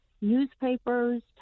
newspapers